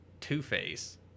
Two-Face